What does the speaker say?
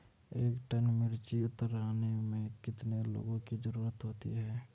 एक टन मिर्ची उतारने में कितने लोगों की ज़रुरत होती है?